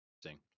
Interesting